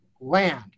land